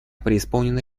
преисполнена